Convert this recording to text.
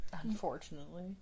Unfortunately